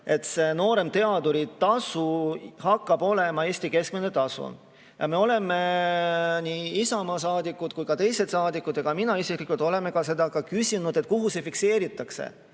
et nooremteaduri tasu hakkab olema Eesti keskmine tasu. Me oleme, nii Isamaa saadikud kui ka teised saadikud, samuti mina isiklikult seda küsinud, et kuhu see fikseeritakse.